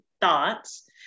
thoughts